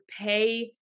pay